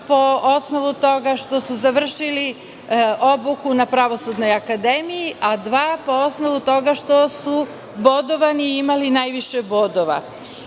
po osnovu toga što su završili obuku na Pravosudnoj akademiji, a dva po osnovu toga što su bodovani i imali najviše bodova. Oni